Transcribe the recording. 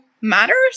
matters